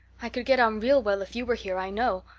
i could get on real well if you were here, i know.